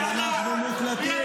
אבל אנחנו מוקלטים,